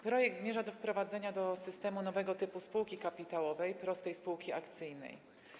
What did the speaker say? Projekt zmierza do wprowadzenia do systemu nowego typu spółki kapitałowej, prostej spółki akcyjnej.